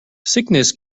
sickness